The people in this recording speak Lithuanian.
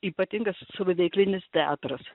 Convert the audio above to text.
ypatingas saviveiklinis teatras